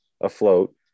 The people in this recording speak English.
afloat